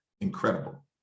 incredible